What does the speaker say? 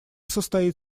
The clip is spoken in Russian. состоит